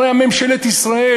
הרי ממשלת ישראל,